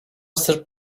sırp